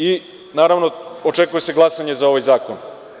I naravno očekuje se glasanje za ovaj zakon.